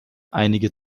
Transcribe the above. einige